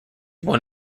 won